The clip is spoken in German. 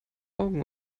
augen